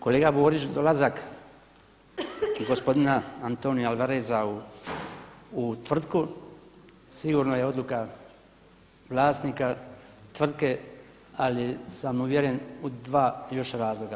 Kolega Borić, dolazak gospodina Antonija Alvareza u tvrtku sigurno je odluka vlasnika tvrtke ali sam uvjeren u dva još razloga.